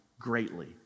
greatly